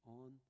on